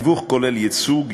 התיווך כולל ייצוג,